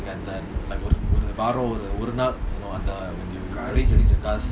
அந்தஅந்தஒருநாள்:andha andha oru nal